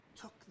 Took